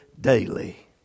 daily